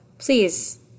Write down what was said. please